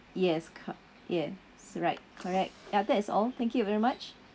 yes co~ yes right correct ya that is all thank you very much